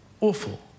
Awful